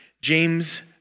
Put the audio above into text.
James